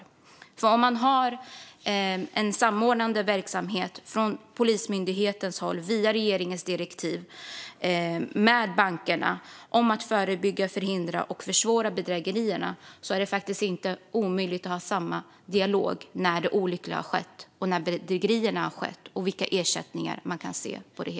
Om man via regeringens direktiv har en samordnande verksamhet från Polismyndighetens håll tillsammans med bankerna i syfte att förebygga, förhindra och försvåra bedrägerierna är det faktiskt inte omöjligt att ha samma dialog om ersättning när olyckan och bedrägerierna redan har skett.